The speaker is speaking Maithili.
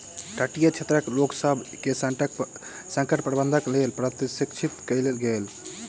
तटीय क्षेत्रक लोकसभ के संकट प्रबंधनक लेल प्रशिक्षित कयल गेल